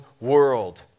world